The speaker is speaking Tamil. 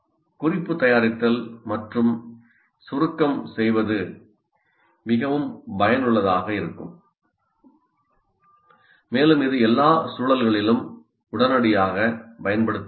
குறிப்பு தயாரித்தல் மற்றும் சுருக்கம் செய்வது மிகவும் பயனுள்ளதாக இருக்கும் மேலும் இது எல்லா சூழல்களிலும் உடனடியாகப் பயன்படுத்தப்படலாம்